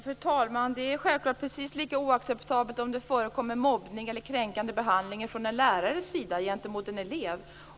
Fru talman! Det är självfallet precis lika oacceptabelt om det förekommer mobbning eller kränkande behandling från en lärares sida gentemot en elev.